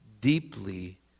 deeply